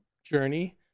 journey